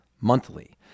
Monthly